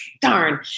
darn